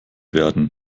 werden